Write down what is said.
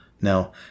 Now